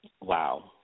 Wow